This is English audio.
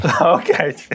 Okay